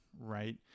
right